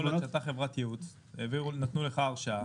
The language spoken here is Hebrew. כי יכול להיות שאתה חברת ייעוץ ונתנו לך הרשאה.